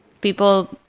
people